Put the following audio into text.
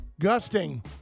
gusting